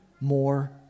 more